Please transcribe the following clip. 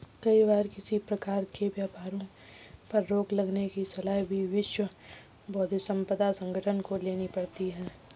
कई बार किसी प्रकार के व्यापारों पर रोक लगाने की सलाह भी विश्व बौद्धिक संपदा संगठन को लेनी पड़ती है